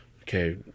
okay